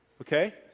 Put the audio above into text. Okay